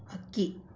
ಹಕ್ಕಿ